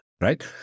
right